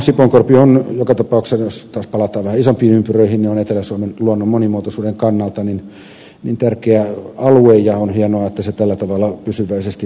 sipoonkorpi on joka tapauksessa jos taas palataan vähän isompiin ympyröihin etelä suomen luonnon monimuotoisuuden kannalta tärkeä alue ja on hienoa että se tällä tavalla pysyväisesti suojellaan